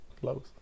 Close